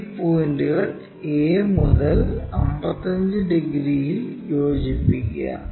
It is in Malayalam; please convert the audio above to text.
ഈ പോയിന്റുകൾ a മുതൽ 55 ഡിഗ്രിയിൽ യോജിപ്പിക്കുക